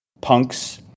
punks